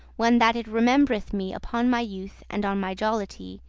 when that it rememb'reth me upon my youth, and on my jollity,